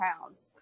pounds